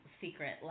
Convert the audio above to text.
secret